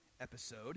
episode